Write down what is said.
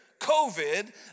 COVID